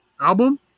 Album